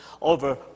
over